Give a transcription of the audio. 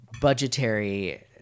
budgetary